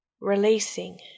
Releasing